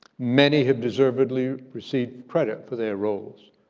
many have deservedly received credit for their roles,